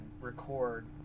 record